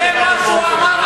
זה מה שהוא אמר עכשיו.